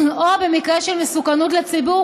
או במקרה של מסוכנות לציבור,